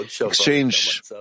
exchange